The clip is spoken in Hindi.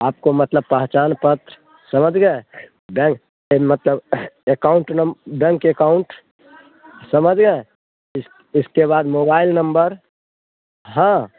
आपको मतलब पहचान पत्र समझ गए बैंक मतलब अकाउंट नम बैंक अकाउंट समझ गए इस इसके बाद मोबाइल नंबर हाँ